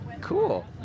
cool